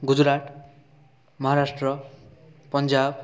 Gujarat Maharashtra Punjab